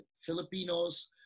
Filipinos